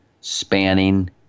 spanning